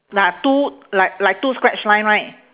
there are two like like two scratch line right